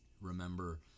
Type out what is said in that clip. remember